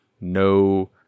no